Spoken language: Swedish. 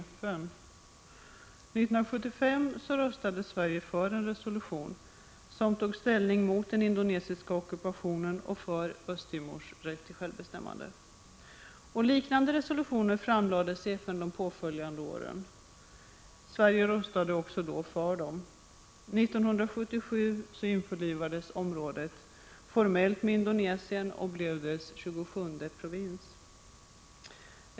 1975 röstade Sverige för en resolution som tog ställning mot den indonesiska ockupationen och för Östra Timors rätt till självbestämmande. Liknande resolutioner framlades i FN de påföljande åren, och Sverige röstade för dem. 1977 införlivades området formellt med Indonesien och blev dess 27:e provins.